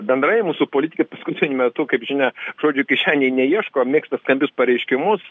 bendrai mūsų politikai paskutiniu metu kaip žinia žodžių kišenėj neieško mėgsta skambius pareiškimus